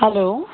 hello